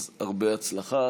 אז הרבה הצלחה.